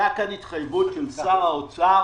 הייתה כאן התחייבות של שר האוצר